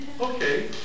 okay